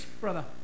brother